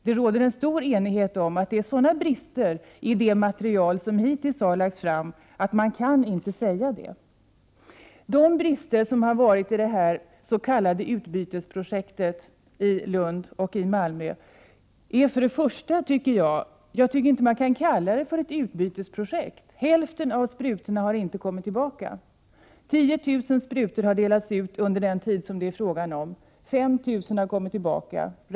Det råder stor enighet om att det är sådana brister i det material som hittills har lagts fram att man inte kan uttala sig säkert. Det s.k. utbytesprojektet i Lund och Malmö tycker jag inte att man kan kalla för ett utbytesprojekt. Hälften av sprutorna har inte kommit tillbaka. 10 000 sprutor har delats ut under den tid som det är fråga om. 5 000 har kommit tillbaka.